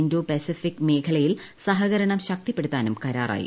Indo Pacific മേഖലയിൽ സഹകരണം ശക്തിപ്പെടുത്താനും കരാറായി